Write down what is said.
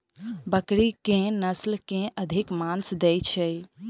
बकरी केँ के नस्ल अधिक मांस दैय छैय?